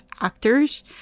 actors